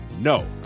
no